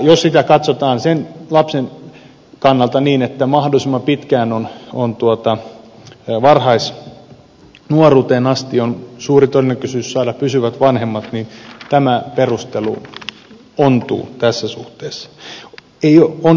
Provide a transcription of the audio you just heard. jos sitä katsotaan lapsen kannalta niin että mahdollisimman pitkään varhaisnuoruuteen asti on suuri todennäköisyys saada pysyvät vanhemmat niin tämä perustelu ontuu tässä suhteessa